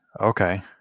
Okay